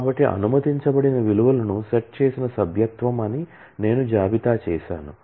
కాబట్టి అనుమతించబడిన విలువలను సెట్ చేసిన సభ్యత్వం అని నేను జాబితా చేసాను